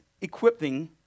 equipping